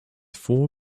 four